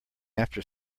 after